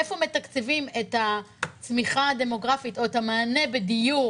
איפה מתקצבים את הצמיחה הדמוגרפית או את המענה בדיור,